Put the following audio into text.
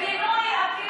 גינוי אפילו לא אמרת.